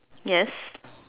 yes